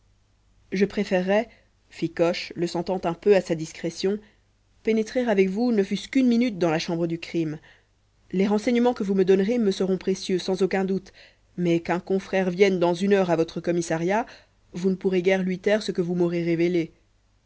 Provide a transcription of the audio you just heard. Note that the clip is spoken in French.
je préférerais fit coche le sentant un peu à sa discrétion pénétrer avec vous ne fût-ce qu'une minute dans la chambre du crime les renseignements que vous me donnerez me seront précieux sans aucun doute mais qu'un confrère vienne dans une heure à votre commissariat vous ne pourrez guère lui taire ce que vous m'aurez révélé